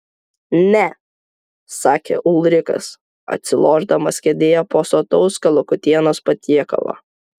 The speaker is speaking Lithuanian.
ne sakė ulrikas atsilošdamas kėdėje po sotaus kalakutienos patiekalo